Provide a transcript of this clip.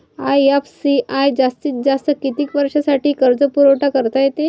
IFCI जास्तीत जास्त किती वर्षासाठी कर्जपुरवठा करते?